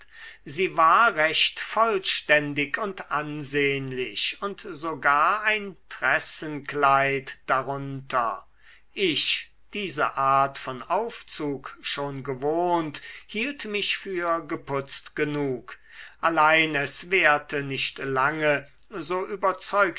sie war recht vollständig und ansehnlich und sogar ein tressenkleid darunter ich diese art von aufzug schon gewohnt hielt mich für geputzt genug allein es währte nicht lange so